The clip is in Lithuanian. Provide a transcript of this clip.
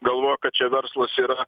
galvoja kad čia verslas yra